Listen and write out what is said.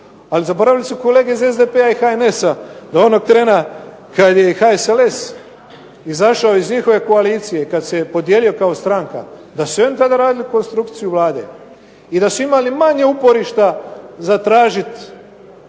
Ali zaboravile su kolege iz SDP-a i HNS-a da onog treba kada je i HSLS izašao iz njihove koalicije, kada se podijelio kao stranka da su i oni tada radili konstrukciju Vlade i da su imali manje uporišta za tražiti